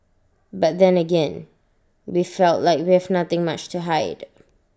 but then again we felt like we have nothing much to hide